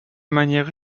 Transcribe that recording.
manière